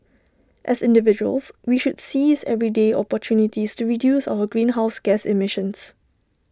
as individuals we should seize everyday opportunities to reduce our greenhouse gas emissions